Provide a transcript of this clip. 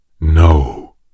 No